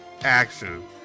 action